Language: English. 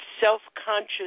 self-conscious